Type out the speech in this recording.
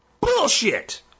Bullshit